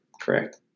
Correct